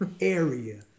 area